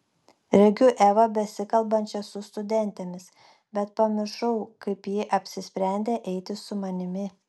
regiu evą besikalbančią su studentėmis bet pamiršau kaip ji apsisprendė eiti su manimi